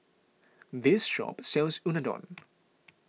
this shop sells Unadon